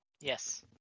Yes